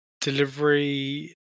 Delivery